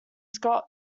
scott